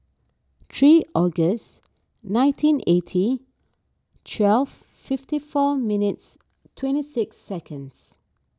three August nineteen eighty twelve fifty four minutes twenty six seconds